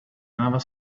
never